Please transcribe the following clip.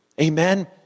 Amen